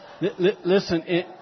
Listen